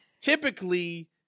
typically